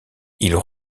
ils